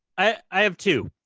i have two.